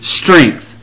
strength